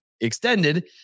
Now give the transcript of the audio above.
Extended